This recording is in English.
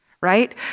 right